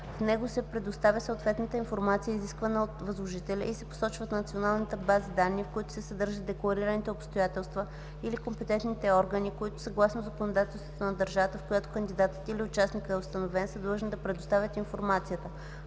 В него се предоставя съответната информация, изисквана от възложителя, и се посочват националните бази данни, в които се съдържат декларираните обстоятелства, или компетентните органи, които съгласно законодателството на държавата, в която кандидатът или участникът е установен, са длъжни да предоставят информация.